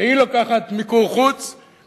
שהיא לוקחת מיקור-חוץ,